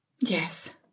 yes